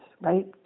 Right